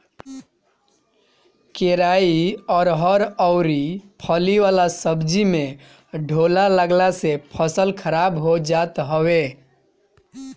केराई, अरहर अउरी फली वाला सब्जी में ढोला लागला से फसल खराब हो जात हवे